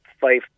five